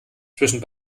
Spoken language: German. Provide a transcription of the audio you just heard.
zwischen